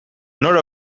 nor